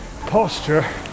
posture